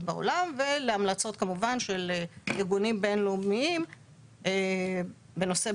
בעולם ולהמלצות כמובן של ארגונים בין-לאומיים בנושא בריאות,